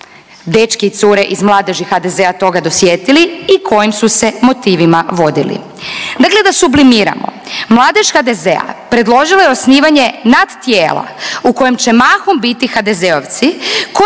dečki i cure iz mladeži HDZ-a toga dosjetili i kojim su se motivima vodili. Dakle, da sublimiramo. Mladež HDZ-a predložila je osnivanje nadtijela u kojem će mahom biti HDZ-ovci kojim